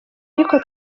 ariko